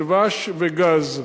דבש וגז.